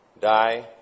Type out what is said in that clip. die